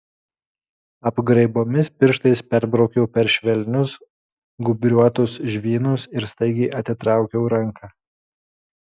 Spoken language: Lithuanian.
apgraibomis pirštais perbraukiau per švelnius gūbriuotus žvynus ir staigiai atitraukiau ranką